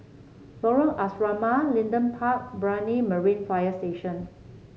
Lorong Asrama Leedon Park Brani Marine Fire Station